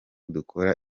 dukora